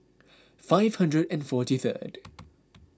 five hundred and forty third